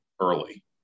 early